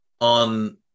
on